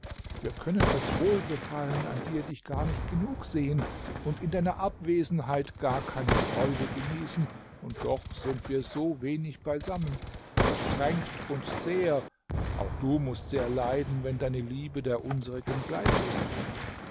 wir können aus wohlgefallen an dir dich gar nicht genug sehen und in deiner abwesenheit gar keine freude genießen und doch sind wir so wenig beisammen das kränkt uns sehr auch du mußt sehr leiden wenn deine liebe der unsrigen gleich ist